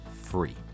free